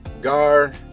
gar